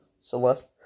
Celeste